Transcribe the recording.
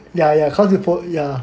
ya ya cause you fol~ ya